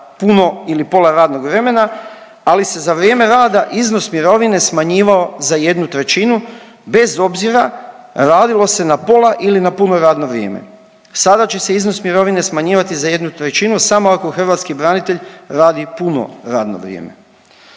puno ili pola radnog vremena, ali se za vrijeme rada iznos mirovine smanjivao za jednu trećinu, bez obzira radilo se na pola ili na puno radno vrijeme. Sada će se iznos mirovine smanjivati za jednu trećinu samo ako hrvatski branitelj radi puno radno vrijeme.